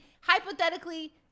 hypothetically